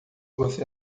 você